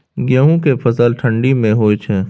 गेहूं के फसल ठंडी मे होय छै?